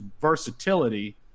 versatility